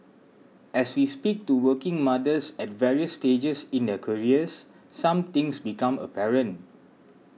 as we speak to working mothers at various stages in their careers some things become apparent